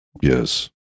Yes